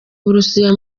burusiya